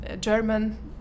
German